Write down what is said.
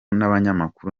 n’abanyamakuru